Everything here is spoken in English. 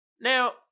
Now